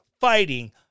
fighting